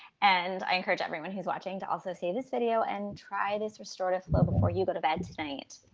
and i encourage everyone who's watching to also save this video and try this restorative flow before you go to bed tonight.